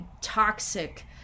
toxic